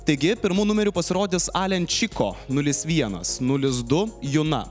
taigi pirmu numeriu pasirodys alenčiko nulis vienas nulis du juna